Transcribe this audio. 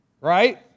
right